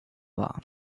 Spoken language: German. wahr